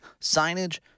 signage